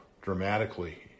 dramatically